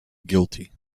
guilty